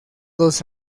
dos